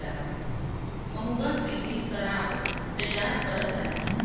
महुआ से भी सराब तैयार करल जाला